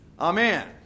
Amen